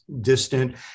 distant